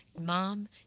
Mom